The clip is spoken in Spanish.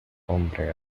hombre